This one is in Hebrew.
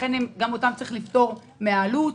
לכן גם אותם צריך לפטור מן העלות,